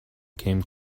came